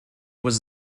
was